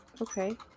okay